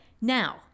now